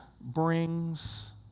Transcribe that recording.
brings